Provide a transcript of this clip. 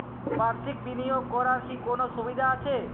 বাষির্ক বিনিয়োগ করার কি কোনো সুবিধা আছে?